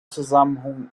zusammenhang